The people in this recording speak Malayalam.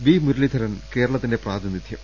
വി മുരളീധരൻ കേരളത്തിന്റെ പ്രാതിനിധ്യം